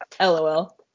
LOL